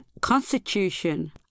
constitution